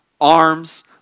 arms